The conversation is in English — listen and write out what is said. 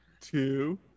two